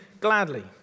gladly